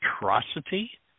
atrocity